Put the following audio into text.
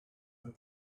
over